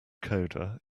coder